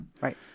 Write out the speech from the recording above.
Right